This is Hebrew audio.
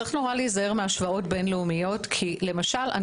צריך נורא להיזהר מהשוואת בין-לאומיות משום שלמשל,